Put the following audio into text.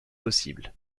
possible